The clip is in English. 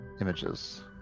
images